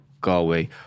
Galway